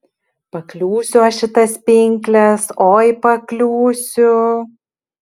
pakliūsiu aš į tas pinkles oi pakliūsiu